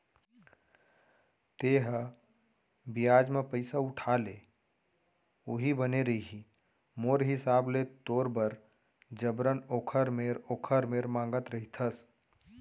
तेंहा बियाज म पइसा उठा ले उहीं बने रइही मोर हिसाब ले तोर बर जबरन ओखर मेर ओखर मेर मांगत रहिथस